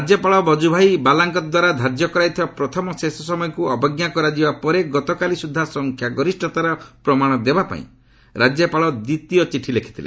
ରାଜ୍ୟପାଳ ବଜୁଭାଇ ବାଲାଙ୍କଦ୍ୱାରା ଧାର୍ଯ୍ୟ କରାଯାଇଥିବା ପ୍ରଥମ ଶେଷ ସମୟକୁ ଅବଜ୍ଞା କରାଯିବା ପରେ ଗତକାଲି ସୁଦ୍ଧା ସଂଖ୍ୟାଗରିଷତାର ପ୍ରମାଣ ଦେବାପାଇଁ ରାଜ୍ୟପାଳ ଦ୍ୱିତୀୟ ଚିଠି ଲେଖିଥିଲେ